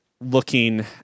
looking